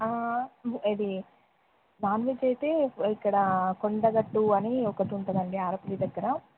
ఆ ఇది non veg అయితే ఇక్కడ కొండగట్టు అని ఒకటి ఉంటుంది అండి ఆర్ఎఫ్సి దగ్గర